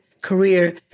career